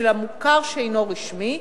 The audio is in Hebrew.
של המוכר שאינו רשמי,